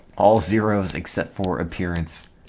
all zero s except for appearance